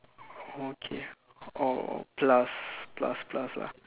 okay or plus plus plus lah